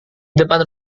depan